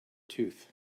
tooth